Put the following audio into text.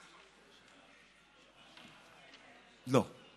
לא,